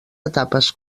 etapes